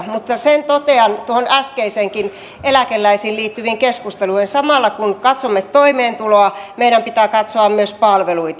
mutta sen totean tuohon äskeiseenkin eläkeläisiin liittyvään keskusteluun että samalla kun katsomme toimeentuloa meidän pitää katsoa myös palveluita